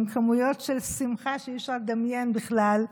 עם כמויות של שמחה שאי-אפשר לדמיין בכלל,